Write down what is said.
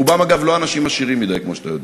רובם, אגב, לא אנשים עשירים מדי, כמו שאתה יודע.